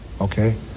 Okay